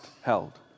held